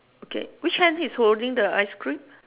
okay which hand he's holding the ice cream